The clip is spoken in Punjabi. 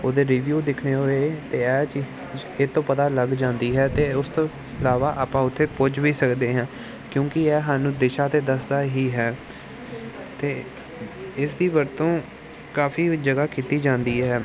ਉਹਦੇ ਰਿਵਿਊ ਦੇਖਣੇ ਹੋਵੇ ਤਾਂ ਇਹ 'ਚ ਹੀ ਇਹ ਤੋਂ ਪਤਾ ਲੱਗ ਜਾਂਦੀ ਹੈ ਤਾਂ ਉਸ ਤੋਂ ਇਲਾਵਾ ਆਪਾਂ ਉੱਥੇ ਪੁੱਜ ਵੀ ਸਕਦੇ ਹਾਂ ਕਿਉਂਕਿ ਇਹ ਸਾਨੂੰ ਦਿਸ਼ਾ ਤਾਂ ਦੱਸਦਾ ਹੀ ਹੈ ਅਤੇ ਇਸ ਦੀ ਵਰਤੋਂ ਕਾਫੀ ਜਗ੍ਹਾ ਕੀਤੀ ਜਾਂਦੀ ਹੈ